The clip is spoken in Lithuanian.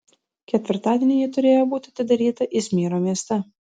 ketvirtadienį ji turėjo būti atidaryta izmyro mieste